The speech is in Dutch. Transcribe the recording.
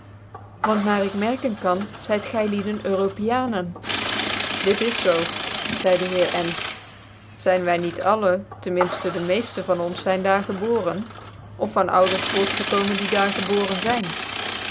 want na ik merken kan zyt gylicden europianen dit is zoo zcide de heer n zyn wy niet alle ten minltcn dc meefte van ons kyn daar gebooren of van ouders voortgekomen die daar gebooren zyn